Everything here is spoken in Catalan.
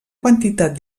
quantitat